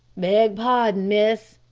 beg pardon, miss,